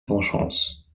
vengeance